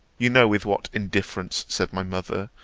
you know with what indifference, said my mother,